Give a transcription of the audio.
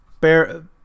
bear